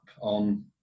on